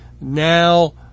now